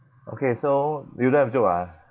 okay so you don't have joke ah